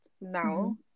now